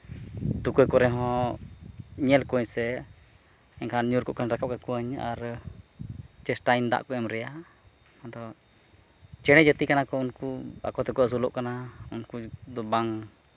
ᱛᱩᱠᱟᱹ ᱠᱚᱨᱮᱫ ᱦᱚᱸ ᱧᱮᱞ ᱠᱚᱣᱟᱹᱧ ᱥᱮ ᱮᱱᱠᱷᱟᱱ ᱧᱩᱨ ᱠᱚᱜ ᱠᱷᱟᱱ ᱨᱟᱠᱟᱵ ᱠᱟᱠᱚᱣᱟᱹᱧ ᱟᱨ ᱪᱮᱥᱴᱟᱭᱟᱹᱧ ᱫᱟᱜ ᱠᱚ ᱮᱢ ᱨᱮᱭᱟᱜ ᱟᱫᱚ ᱪᱮᱬᱮ ᱡᱟᱹᱛᱤ ᱠᱟᱱᱟ ᱠᱚ ᱩᱱᱠᱩ ᱟᱠᱚ ᱛᱮᱠᱚ ᱟᱹᱥᱩᱞᱚᱜ ᱠᱟᱱᱟ ᱩᱱᱠᱩ ᱫᱚ ᱵᱟᱝ